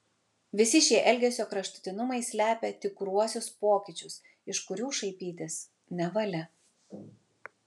visi šie elgesio kraštutinumai slepia tikruosius pokyčius iš kurių šaipytis nevalia